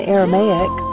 Aramaic